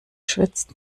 schwitzt